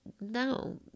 no